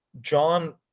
John